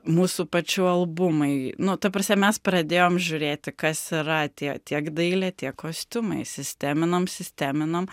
mūsų pačių albumai nu ta prasme mes pradėjom žiūrėti kas yra tie tiek dailė tiek kostiumai sisteminom sisteminom